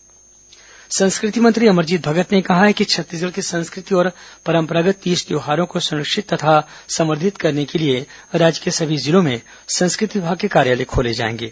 अमरजीत भगत समीक्षा संस्कृति मंत्री अमरजीत भगत ने कहा है कि छत्तीसगढ़ की संस्कृति और परम्परागत् तीज त्यौहारों को संरक्षित तथा संवर्धित करने के लिए राज्य के सभी जिलों में संस्कृति विभाग के कार्यालय खोले जाएंगे